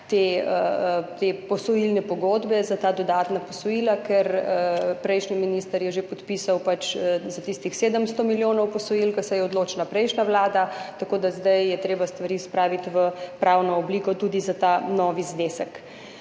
te posojilne pogodbe za ta dodatna posojila, ker prejšnji minister je že podpisal pač za tistih 700 milijonov posojil, za kar se je odločila prejšnja vlada, tako da zdaj je treba stvari spraviti v pravno obliko tudi za ta novi znesek.